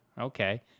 okay